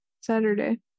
Saturday